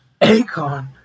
Akon